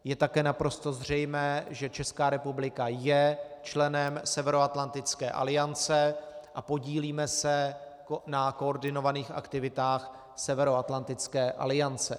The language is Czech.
Je také naprosto zřejmé, že Česká republika je členem Severoatlantické aliance a podílíme se na koordinovaných aktivitách Severoatlantické aliance.